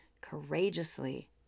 courageously